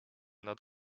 nad